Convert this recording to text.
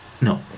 No